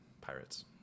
pirates